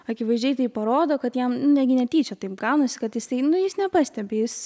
akivaizdžiai tai parodo kad jam negi netyčia taip gaunasi kad jisai nu jis nepastebi jis